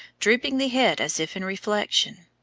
drooping the head as if in reflection.